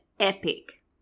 epic